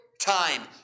time